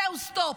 זהו, סטופ.